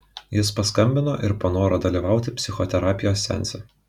jis paskambino ir panoro dalyvauti psichoterapijos seanse